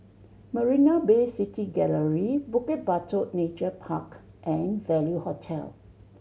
Marina Bay City Gallery Bukit Batok Nature Park and Value Hotel